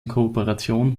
kooperation